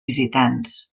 visitants